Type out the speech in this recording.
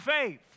faith